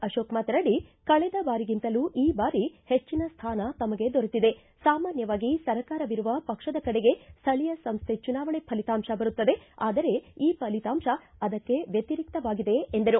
ಆಶೋಕ್ ಮಾತನಾಡಿ ಕಳೆದ ಬಾರಿಗಿಂತಲೂ ಈ ಬಾರಿ ಹೆಚ್ಚಿನ ಸ್ವಾನ ತಮಗೆ ದೊರೆತಿದೆ ಸಾಮಾನ್ಯವಾಗಿ ಸರ್ಕಾರವಿರುವ ಪಕ್ಷದ ಕಡೆಗೇ ಸ್ವಳೀಯ ಸಂಸ್ಟೆ ಚುನಾವಣೆ ಫಲಿತಾಂಶ ಬರುತ್ತದೆ ಆದರೆ ಈ ಫಲಿತಾಂಶ ಅದಕ್ಕೆ ವ್ಯತಿರಿಕ್ತವಾಗಿದೆ ಎಂದರು